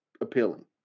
appealing